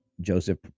Joseph